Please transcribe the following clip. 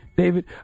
David